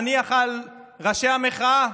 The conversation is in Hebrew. נניח על ראשי המחאה,